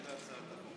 הצעת חוק קידום